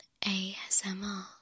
ASMR